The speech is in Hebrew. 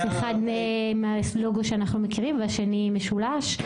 אחד עם הלוגו שאנחנו מכירים והשני משולש.